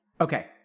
Okay